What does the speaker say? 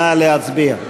נא להצביע.